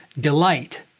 delight